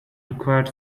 required